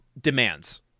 demands